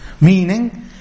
Meaning